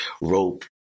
rope